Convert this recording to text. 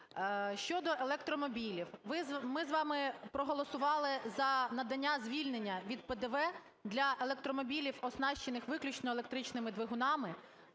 щодо електромобілів. Ми з вами проголосували за надання звільнення від ПДВ для електромобілів, оснащених виключно електричними двигунами